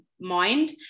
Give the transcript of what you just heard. Mind